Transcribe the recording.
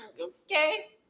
okay